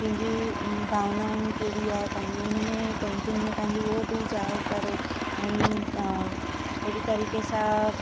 कंहिंजी भावनाऊं कहिड़ी आहे पंहिंजी हुन में पेंटिंग में उहो बि ज़ाहिरु करे ऐं अहिड़ी तरीक़े सां